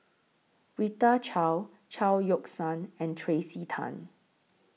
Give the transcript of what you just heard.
Rita Chao Chao Yoke San and Tracey Tan